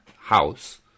house